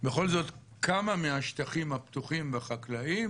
בכל זאת כמה מהשטחים הפתוחים והחקלאיים